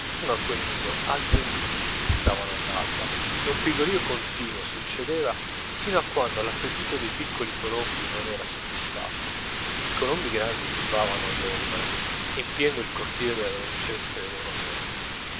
a quel nido altri nidi si destavano all'alba e un pigolio continuo succedeva sino a quando l'appetito dei piccoli colombi non era soddisfatto i colombi grandi tubavano all'ombra empiendo il cortile della dolcezza dei loro amori